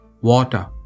water